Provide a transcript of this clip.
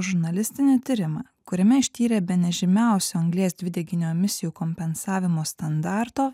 žurnalistinį tyrimą kuriame ištyrė bene žymiausio anglies dvideginio emisijų kompensavimo standarto